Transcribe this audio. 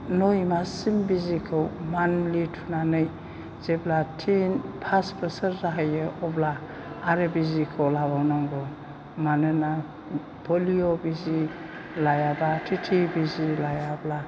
नय माससिम बिजिखौ मान्थलि थुनानै जेब्ला टिन फास बोसोर जाहैयो अब्ला आरो बिजिखौ लाबावनांगौ मानोना पलिय' बिजि लायाबा टि टि बिजि लायाब्ला